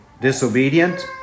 disobedient